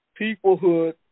peoplehood